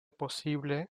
posible